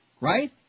Right